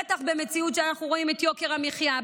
בטח במציאות שבה אנחנו רואים את יוקר המחיה,